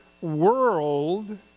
world